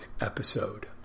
episode